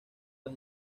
las